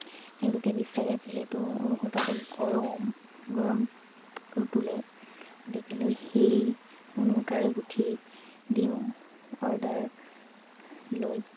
তেওঁলোকে বিচাৰে যিহেতু ঊনসূতাটো গৰম গৰমটো তোলে গতিকেলৈ সেই ঊন সূতাৰে গুঁঠি দিওঁ অৰ্ডাৰ লৈ